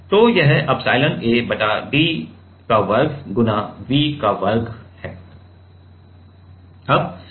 तो यह epsilon A बटा d स्क्वायर गुणा वी स्क्वायर है